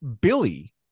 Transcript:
Billy